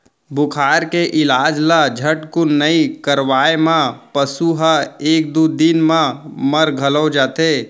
बुखार के इलाज ल झटकुन नइ करवाए म पसु ह एक दू दिन म मर घलौ जाथे